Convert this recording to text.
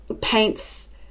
paints